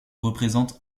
représente